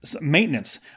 maintenance